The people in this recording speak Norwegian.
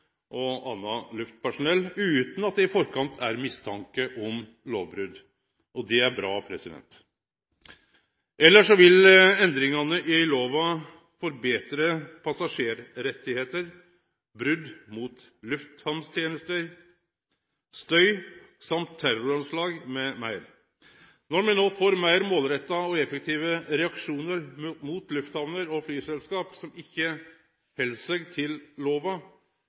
og anna luftpersonell utan at det på førehand er mistanke om lovbrot. Det er bra. Elles vil endringane i lova forbetre passasjerrettar, brot mot lufthamntenester, støy og terroranslag m.m. Når me no får meir målretta og effektive reaksjonar mot lufthamner og flyselskap som ikkje held seg til lova,